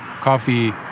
coffee